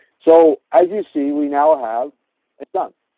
so as you see we now have it done.